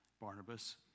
Barnabas